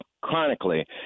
chronically